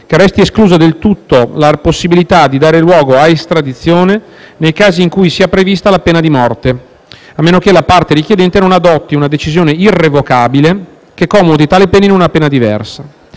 che resti esclusa del tutto la possibilità di dare luogo a estradizione nei casi in cui sia prevista la pena di morte, a meno che la parte richiedente non adotti una decisione irrevocabile che commuti tale pena in una pena diversa,